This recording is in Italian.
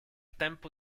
tempo